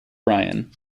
brian